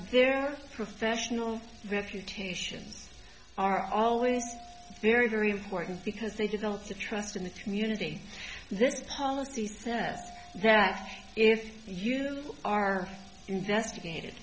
they're professional reputation are always very very important because they don't see trust in the community this policy says that if you are investigated